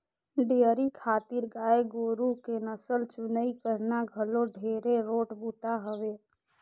dairy खातिर गाय गोरु के नसल चुनई करना घलो ढेरे रोंट बूता हवे